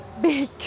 big